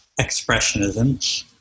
Expressionism